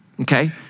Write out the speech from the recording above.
Okay